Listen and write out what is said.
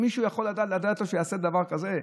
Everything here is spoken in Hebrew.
מישהו יכול לתת לו שיעשה דבר כזה?